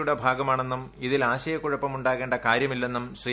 യുടെ ഭാഗമാണെന്നും ഇതിൽ ആശയ്ക്കുഴപ്പം ഉണ്ടാകേണ്ട കാര്യമില്ലെന്നും ശ്രീ